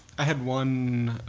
i had one